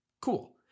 cool